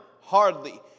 Hardly